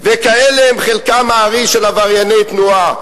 "וכאלה הם חלק הארי של עברייני התנועה.